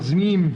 יופי.